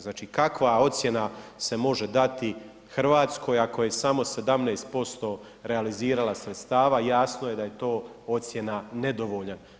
Znači kakva ocjena se može dati Hrvatskoj ako je samo 17% realizirala sredstava, jasno je da je to ocjena nedovoljan.